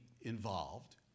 involved